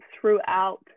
throughout